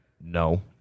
No